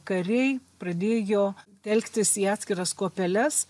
kariai pradėjo telktis į atskiras kuopeles